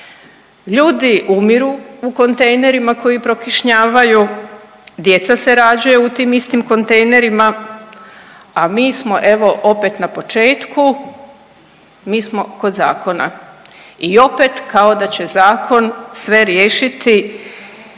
Ljudi umiru u kontejnerima koji prokišnjavaju, djeca se rađaju u tim istim kontejnerima, a mi smo evo, opet na početku, mi smo kod zakona i opet kao da će zakon sve riješiti.